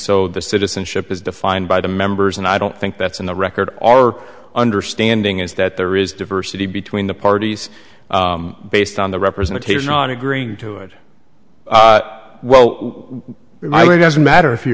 so the citizenship is defined by the members and i don't think that's in the record our understanding is that there is diversity between the parties based on the representation on agreeing to it well my way doesn't matter if you